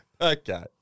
Okay